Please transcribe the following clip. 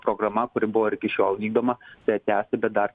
programa kuri buvo ir iki šiol vykdoma ją tęsti bet dar